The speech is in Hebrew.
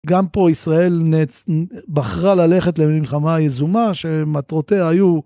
גם פה ישראל בחרה ללכת למלחמה יזומה שמטרותיה היו